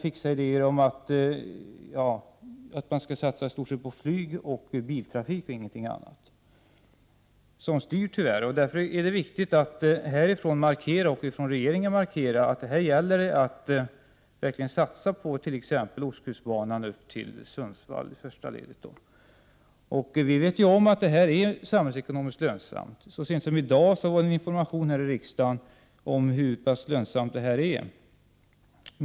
Fixa idéer om att man i stort sett skall satsa på flygoch biltrafik och ingenting annat — det är vad som styr, tyvärr. Därför är det viktigt att från riksdagen och från regeringen markera att här gäller det att verkligen satsa på t.ex. ostkustbanan upp till Sundsvall, i första ledet. Vi vet att detta är samhällsekonomiskt lönsamt. Så sent som i dag gavs det en information här i riksdagen om hur pass lönsamt detta är.